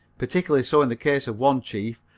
particularly so in the case of one chief,